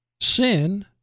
sin